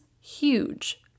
huge